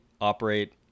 operate